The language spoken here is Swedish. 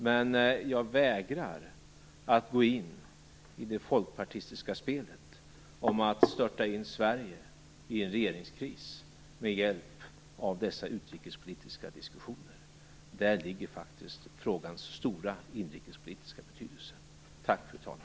Men jag vägrar att gå in i det folkpartistiska spelet och störta Sverige in i en regeringskris med hjälp av dessa utrikespolitiska diskussioner. Där ligger faktiskt frågans stora inrikespolitiska betydelse. Tack, fru talman.